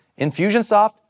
Infusionsoft